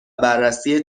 بررسی